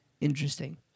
interesting